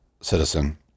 citizen